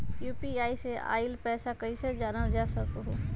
UPI से आईल पैसा कईसे जानल जा सकहु?